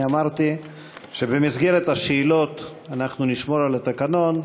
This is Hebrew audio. אני אמרתי שבמסגרת השאלות אנחנו נשמור על התקנון,